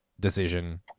Decision